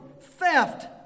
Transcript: theft